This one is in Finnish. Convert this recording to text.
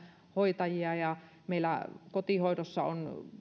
hoitajia ja meillä kotihoidossa on